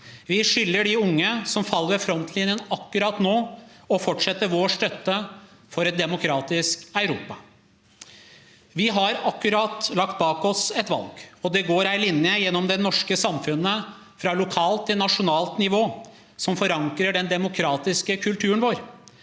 Vi skylder de unge som faller ved frontlinjen akkurat nå, å fortsette vår støtte for et demokratisk Europa. Vi har akkurat lagt bak oss et valg, og det går en linje gjennom det norske samfunnet fra lokalt til nasjonalt nivå som forankrer den demokratiske kulturen vår.